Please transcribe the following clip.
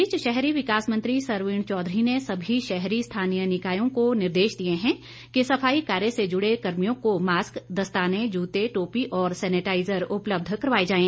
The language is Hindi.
इस बीच शहरी विकास मंत्री सरवीण चौधरी ने सभी शहरी स्थानीय निकायों को निर्देश दिए हैं कि सफाई कार्य से जुड़े कर्मियों को मास्क दस्ताने जूतें टोपी और सैनिटाईजर उपलब्ध करवाए जाएं